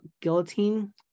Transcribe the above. guillotine